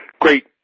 Great